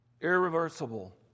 Irreversible